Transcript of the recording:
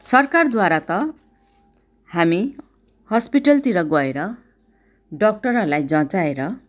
सरकारद्वारा त हामी हस्पिटलतिर गएर डक्टरहरलाई जँचाएर